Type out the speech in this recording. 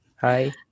Hi